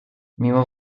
mimo